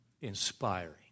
inspiring